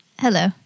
Hello